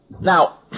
now